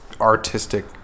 artistic